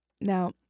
Now